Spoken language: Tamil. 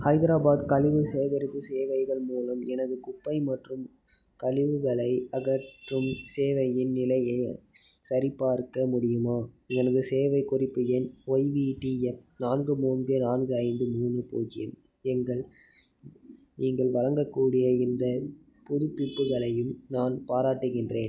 ஹைதராபாத் கழிவு சேகரிப்பு சேவைகள் மூலம் எனது குப்பை மற்றும் கழிவுகளை அகற்றும் சேவையின் நிலையை ஸ் சரிபார்க்க முடியுமா எனது சேவை குறிப்பு எண் ஒய்விடிஎன் நான்கு மூன்று நான்கு ஐந்து மூணு பூஜ்யம் எங்கள் நீங்கள் வழங்கக்கூடிய எந்த புதுப்பிப்புகளையும் நான் பாராட்டுகின்றேன்